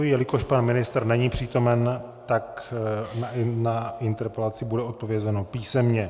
Jelikož pan ministr není přítomen, tak na interpelaci bude odpovězeno písemně.